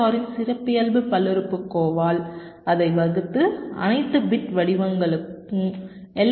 ஆரின் சிறப்பியல்பு பல்லுறுப்புக்கோவால் அதை வகுத்து அனைத்து பிட் வடிவங்களும் எல்